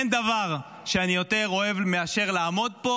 אין דבר שאני יותר אוהב מאשר לעמוד פה